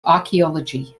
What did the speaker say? archaeology